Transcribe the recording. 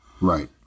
right